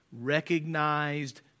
recognized